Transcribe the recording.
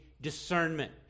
discernment